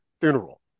funeral